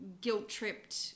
guilt-tripped